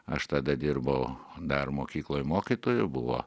aš tada dirbau dar mokykloj mokytoju buvo